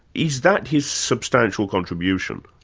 is that his substantial contribution?